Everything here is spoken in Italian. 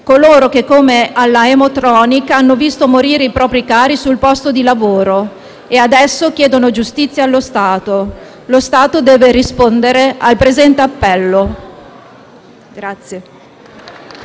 coloro che come alla Haemotronic hanno visto morire i propri cari sul posto di lavoro e adesso chiedono giustizia allo Stato. Lo Stato deve rispondere al presente appello.